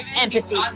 empathy